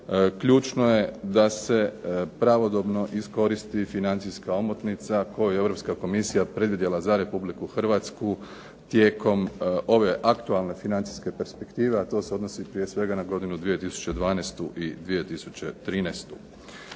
Ključno je da se pravodobno iskoristi financijska omotnica koju je Europska komisija predvidjela za Republiku Hrvatsku tijekom ove aktualne financijske perspektive, a to se odnosi prije svega na godinu 2012. i 2013.